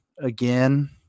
again